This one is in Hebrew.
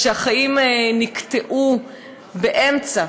שהחיים נקטעו באמצע,